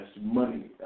money